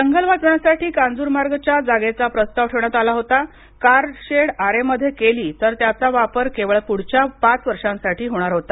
जंगल वाचवण्यासाठी कांजूरमार्गच्या जागेचा प्रस्ताव ठेवण्यात आला होता कारशेड आरेमध्ये केल्यास त्याचा वापर केवळ पुढच्या पाच वर्षांसाठी होणार होता